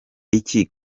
iki